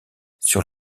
sur